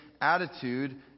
attitude